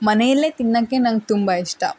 ಮನೆಯಲ್ಲೇ ತಿನ್ನೋಕ್ಕೆ ನಂಗೆ ತುಂಬ ಇಷ್ಟ